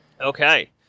Okay